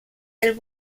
del